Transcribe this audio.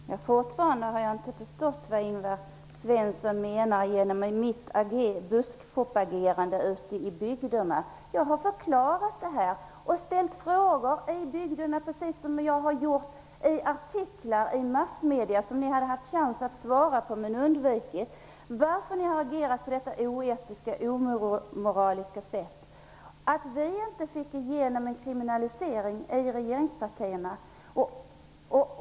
Herr talman! Fortfarande har jag inte förstått vad Ingvar Svensson menar med att kalla mitt agerande ute i bygderna för buskpropaganda. Jag har förklarat och ställt frågor i bygderna. Precis på samma sätt har jag gjort i artiklar i massmedierna, som ni har haft chans att svara på men undvikit. Jag undrar varför ni har agerat på ett sådant oetiskt och omoraliskt sätt att vi inom regeringspartierna inte fick igenom ett förslag om kriminalisering.